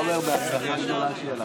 עוד מעט יאשימו אותך